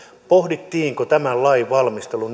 pohdittiinko tämän lain valmistelun